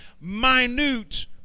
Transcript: minute